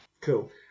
Cool